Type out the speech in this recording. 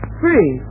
three